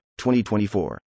2024